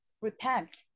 repent